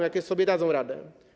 Jakoś sobie dadzą radę.